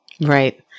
Right